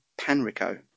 Panrico